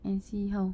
and see how